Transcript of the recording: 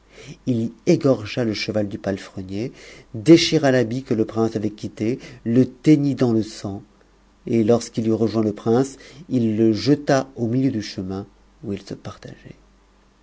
il y égorgea le cheval du palefrenier déchira l'habit que ie prince av t tuitte le teignit dans le sang et lorsqu'il eut rejoint le prince il ejfta u nuiieu du chemin où il se partageait